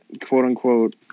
quote-unquote